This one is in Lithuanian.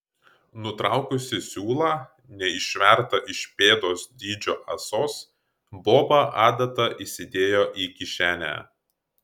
nutraukusi siūlą neišvertą iš pėdos dydžio ąsos boba adatą įsidėjo į kišenę